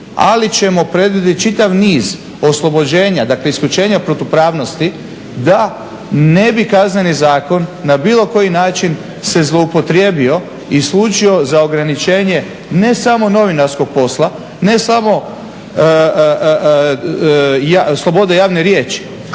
ali ćemo … čitav niz oslobođenja, dakle isključenja protupravnosti da ne bi kazneni zakon na bilo koji način se zloupotrijebio isključivo za ograničenje ne samo novinarskog posla, ne samo slobodne javne riječi,